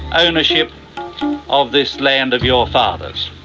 ownership of this land of your fathers.